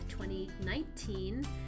2019